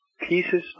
pieces